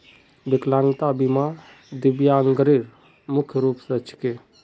विकलांगता बीमा दिव्यांगेर मुख्य रूप स छिके